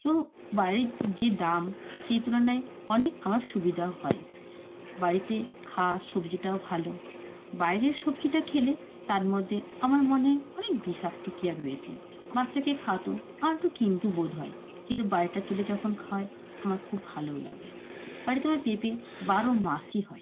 এবং বাইরের যে দাম সে তুলনায় অনেক আমার সুবিধাও হয় বাড়িতে খাওয়া সবজিটাও ভালো বাইরের সবজিটা খেলে তার মধ্যে আমার মনে অনেক বিষাক্তক্রিয়া রয়েছে বাচ্চাকে খাওয়াতেও আমার একটু কিন্তু বোধ হয় কিন্তু বাড়িরটা তুলে যখন খাওয়াই আমার খুব ভালোও লাগে বাড়িতে পেঁপে বারো মাসই হয়